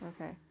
Okay